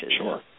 Sure